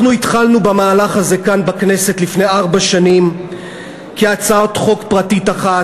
אנחנו התחלנו במהלך הזה כאן בכנסת לפני ארבע שנים כהצעת חוק פרטית אחת,